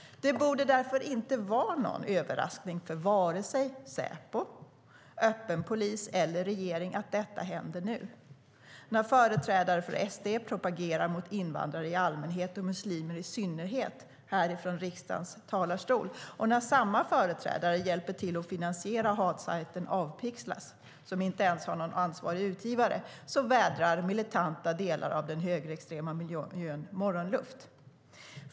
Det borde därför inte vara någon överraskning för vare sig Säpo, polis eller regering att detta händer nu. När företrädare för SD propagerar mot invandrare i allmänhet och muslimer i synnerhet från riksdagens talarstol och när samma företrädare hjälper till att finansiera hatsajten Avpixlat, som inte ens har någon ansvarig utgivare, vädrar den militanta delen av den högerextrema miljön morgonluft.